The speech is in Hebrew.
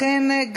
לכן,